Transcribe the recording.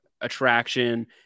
attraction